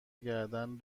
گردن